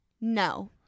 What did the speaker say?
No